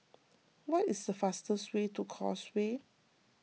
what is the fastest way to Causeway